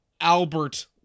Albert